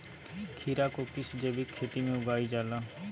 खीरा को किस जैविक खेती में उगाई जाला?